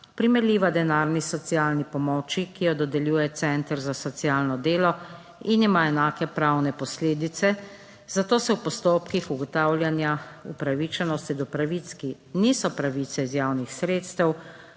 primerljiva denarni socialni pomoči, ki jo dodeljuje Center za socialno delo in ima enake pravne posledice, zato se v postopkih ugotavljanja upravičenosti do pravic, ki niso pravice iz javnih sredstev,